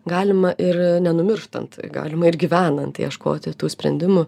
galima ir nenumirštant galima ir gyvenant ieškoti tų sprendimų